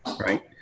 Right